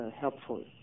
helpful